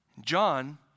John